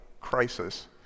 crisis